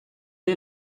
est